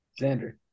Xander